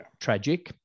tragic